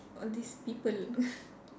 all these people